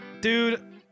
Dude